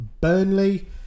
Burnley